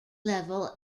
level